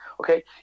Okay